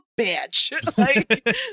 bitch